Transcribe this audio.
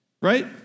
right